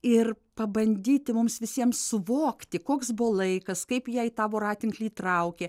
ir pabandyti mums visiems suvokti koks buvo laikas kaip ją į tą voratinklį įtraukė